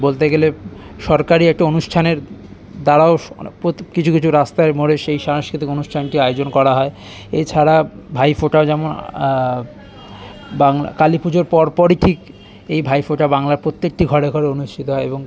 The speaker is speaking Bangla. বলতে গেলে সরকারি একটা অনুষ্ঠানের দ্বারাও কিছু কিছু রাস্তার মোড়ে সেই সাংস্কৃতিক অনুষ্ঠানটি আয়োজন করা হয় এছাড়া ভাইফোঁটা যেমন বাংলা কালী পুজোর পর পরই ঠিক এই ভাইফোঁটা বাংলার প্রত্যেকটি ঘরে ঘরে অনুষ্ঠিত হয় এবং